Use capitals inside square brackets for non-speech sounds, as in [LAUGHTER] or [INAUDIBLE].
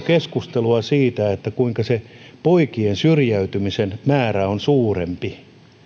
[UNINTELLIGIBLE] keskustelua siitä kuinka se poikien syrjäytymisen määrä on suurempi